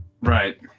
Right